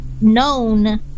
known